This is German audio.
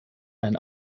ein